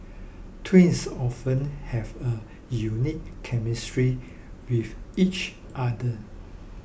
twins often have a unique chemistry with each other